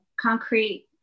concrete